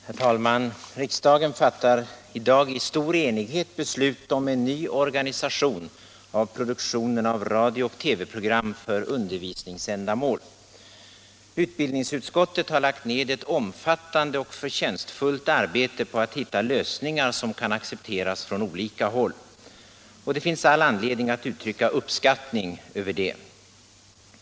Herr talman! Riksdagen fattar i dag i stor enighet beslut om en ny organisation av produktionen av radio och TV-program för undervisningsändamål. Utbildningsutskottet har lagt ned ett omfattande och förtjänstfullt arbete på att hitta lösningar som kan accepteras på olika håll. Det finns all anledning att uttrycka uppskattning över det.